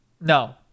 No